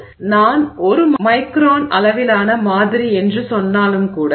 எனவே நான் 1 மைக்ரான் அளவிலான மாதிரி என்று சொன்னாலும் கூட